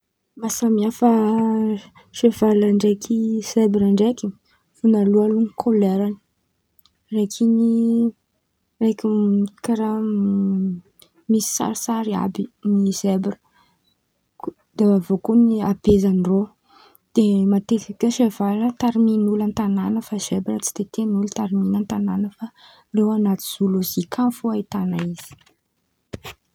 Mahasamihafa sevaly ndraiky Zebra ndraiky, voanalohan̈y alôha koleran̈any raiky in̈y, raiky m- karàha m- misy sarisary àby ny Zebra ko de avy eo koa habeazandreo, de matetiky koa sevaly tarimian̈'olo an-tan̈àna fa Zebra tsy de tian̈'olo tarimian̈a an-tan̈àna fa irô an̈aty zoolôzika an̈y fo ahitan̈a izy.